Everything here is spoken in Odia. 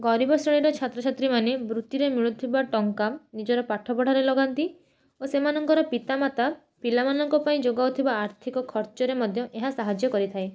ଗରିବ ଶ୍ରେଣୀର ଛାତଛାତ୍ରୀ ମାନେ ବୃତ୍ତିରେ ମିଳୁଥିବା ଟଙ୍କା ନିଜର ପାଠପଢ଼ାରେ ଲଗାନ୍ତି ଓ ସେମାନଙ୍କ ପିତାମାତା ପିଲାମାନଙ୍କ ପାଇଁ ଯୋଗାଉଥିବା ଆର୍ଥିକ ଖର୍ଚ୍ଚରେ ମଧ୍ୟ ଏହା ସାହାଯ୍ୟ କରିଥାଏ